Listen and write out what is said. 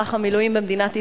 למערך המילואים במדינת ישראל.